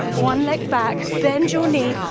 one leg back, bend your knee,